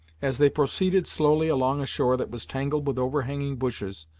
as they proceeded slowly along a shore that was tangled with overhanging bushes,